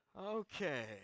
okay